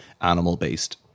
animal-based